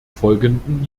folgenden